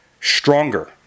stronger